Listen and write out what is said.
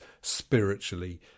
spiritually